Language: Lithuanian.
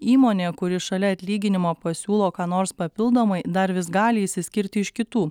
įmonė kuri šalia atlyginimo pasiūlo ką nors papildomai dar vis gali išsiskirti iš kitų